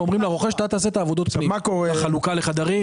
ואומרים לרוכש: אתה תעשה את עבודות הפנים; את החלוקה לחדרים,